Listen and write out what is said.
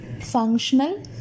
functional